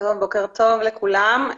לכולם,